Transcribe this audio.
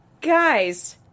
guys